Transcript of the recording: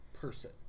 person